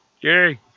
Yay